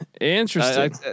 interesting